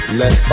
let